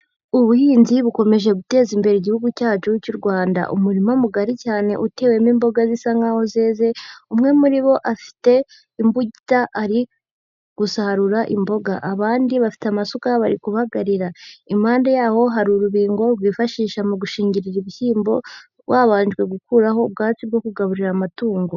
Ubuhinzi bukomeje guteza imbere Igihugu cyacu cy'u Rwanda, umurima mugari cyane utewemo imboga zisa nk'aho zeze, umwe muri bo afite imbugita ari gusarura imboga, abandi bafite amasuka bari kubagarira, impande yaho hari urubingo rwifashishwa mu gushingirira ibishyimbo, rwabanjwe gukurwaho ubwatsi bwo kugaburira amatungo.